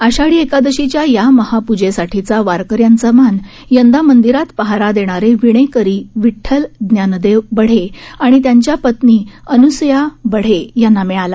आषाढी एकादशीच्या या महापूजेसाठीचा वारकऱ्यांचा मान यंदा मंदिरात पहारा देणारे विणेकरी विठ्ठल ज्ञानदेव बढे आणि त्यांच्या पत्नी अनुसया बढे यांना मिळाला